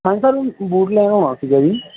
ਹਾਂਜੀ sir boot ਲੈਣ ਆਉਣਾ ਸੀਗਾ ਜੀ